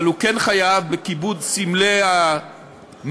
אבל הוא כן חייב בכיבוד סמלי המדינה,